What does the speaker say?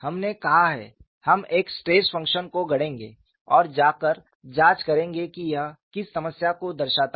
हमने कहा है हम एक स्ट्रेस फंक्शन को गढ़ेंगे और जाकर जांच करेंगे कि यह किस समस्या को दर्शाता है